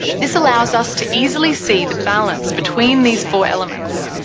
this allows us to easily see the balance between these four elements.